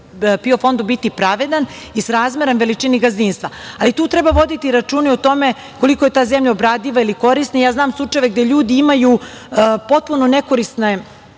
PIO fondu biti pravedan i srazmeran veličini gazdinstva. Ali, tu treba voditi računa i o tome koliko je ta zemlja obradiva ili korisna. Znam slučajeve gde ljudi imaju potpuno nekorisne